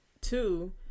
two